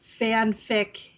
fanfic